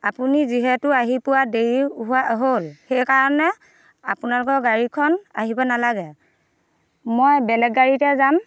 আপুনি যিহেতু আহি পোৱাত দেৰি হোৱা হ'ল সেইকাৰণে আপোনালোকৰ গাড়ীখন আহিব নালাগে মই বেলেগ গাড়ীতে যাম